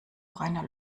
reiner